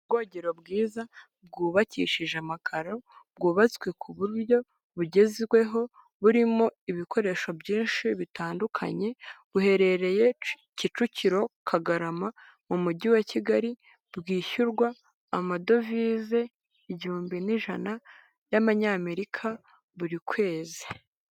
Uwogero bwiza bwubakishije amakaro bwubatswe ku buryo bugezweho burimo ibikoresho byinshi bitandukanye, buherereye Kicukiro Kagarama mu mujyi wa kigali bwishyurwa amadovize igihumbi n'ijana y'Amanyamerika buri kwezi